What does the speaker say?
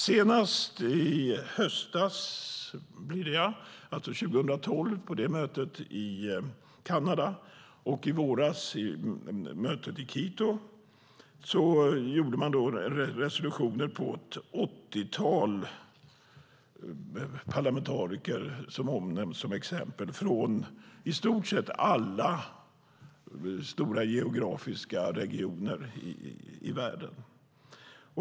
Senast i höstas 2012 på mötet i Kanada och i våras på mötet i Quito gjordes det resolutioner på ett åttiotal parlamentariker som omnämns som exempel från i stort sett alla stora geografiska regioner i världen.